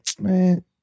man